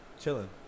chilling